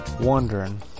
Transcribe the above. Wondering